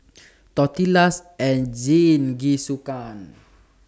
Tortillas and Jingisukan